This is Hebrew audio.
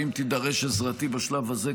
ואם תידרש עזרתי בשלב הזה,